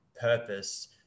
purpose